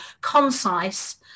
concise